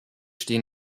stehen